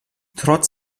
trotz